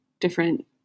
different